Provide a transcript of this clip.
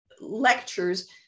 lectures